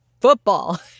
football